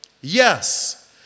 Yes